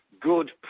good